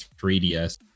3DS